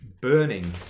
Burning